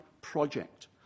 project